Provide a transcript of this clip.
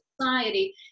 society